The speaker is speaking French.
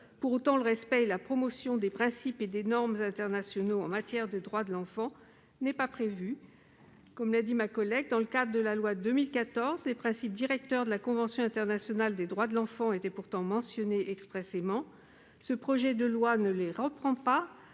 Pour autant, le respect et la promotion des principes et des normes internationaux en matière de droits de l'enfant ne sont pas prévus. Comme l'a souligné ma collègue, dans le cadre de la loi de 2014, les principes directeurs de la Convention internationale des droits de l'enfant étaient pourtant mentionnés expressément. Ce projet de loi ne les reprend pas,